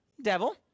devil